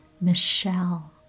Michelle